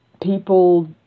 people